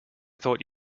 thought